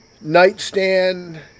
nightstand